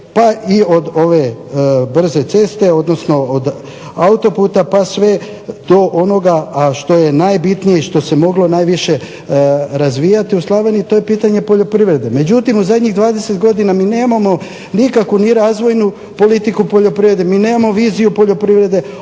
pa i od ove brze ceste, odnosno autoputa, do svega onoga što se moglo najviše razvijati u Slavoniji, to je pitanje poljoprivrede. Međutim, u zadnjih 20 godina mi nemamo nikakvu razvojnu politiku poljoprivrede, mi nemamo viziju poljoprivrede,